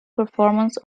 performance